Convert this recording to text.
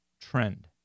trend